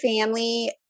family